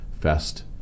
Fest